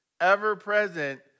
ever-present